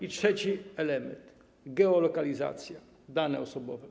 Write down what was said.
I trzeci element: geolokalizacja, dane osobowe.